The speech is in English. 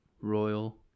royal